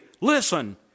Listen